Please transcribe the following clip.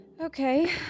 Okay